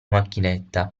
macchinetta